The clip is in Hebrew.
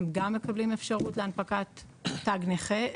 גם מקבלים אפשרות להנפקת תו נכה,